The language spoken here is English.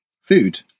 food